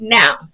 now